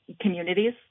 communities